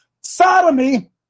Sodomy